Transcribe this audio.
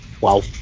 wow